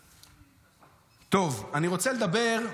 טוב, אני רוצה לדבר,